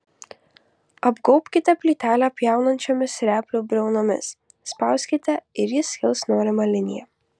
apgaubkite plytelę pjaunančiomis replių briaunomis spauskite ir ji skils norima linija